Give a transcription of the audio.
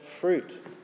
fruit